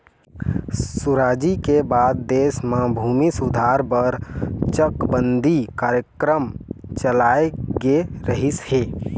सुराजी के बाद देश म भूमि सुधार बर चकबंदी कार्यकरम चलाए गे रहिस हे